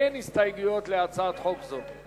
אין הסתייגויות להצעת חוק זאת.